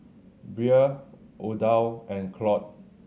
Brea Odile and Claude